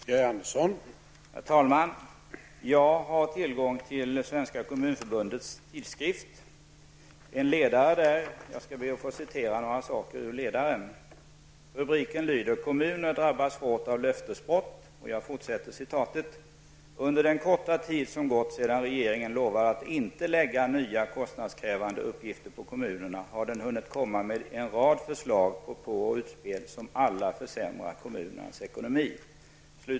Herr talman! Jag har tillgång till en ledare i Svenska kommunförbundets tidskrift, och jag skall be att få citera ett par rader ur den. Rubriken lyder ''Kommuner drabbas hårt av löftesbrott'', och artikeln fortsätter: ''Under den korta tid som gått sedan regeringen lovade att inte lägga nya kostnadskrävande uppgifter på kommunerna, har den hunnit komma med en rad förslag, propåer och utspel, som alla försämrar kommunernas ekonomi.''